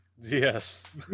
Yes